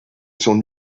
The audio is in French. son